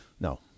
no